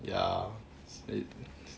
ya